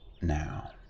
now